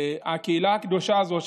הקהילה הקדושה הזו,